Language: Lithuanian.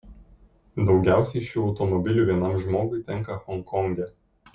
daugiausiai šių automobilių vienam žmogui tenka honkonge